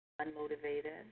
unmotivated